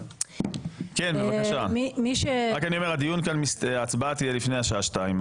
רק אני אומר שההצבעה תהיה לפני השעה שתיים,